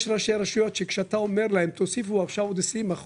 יש ראשי רשויות שכשאתה אומר להם: תוסיפו 20%,